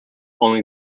only